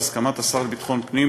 בהסכמת השר לביטחון הפנים,